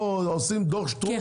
עושים דוח שטרום, הכול טוב ויפה.